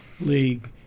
league